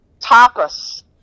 Tapas